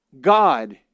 God